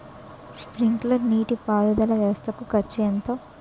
Sprinkler నీటిపారుదల వ్వవస్థ కు ఖర్చు ఎంత?